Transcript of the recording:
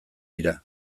dira